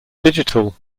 digital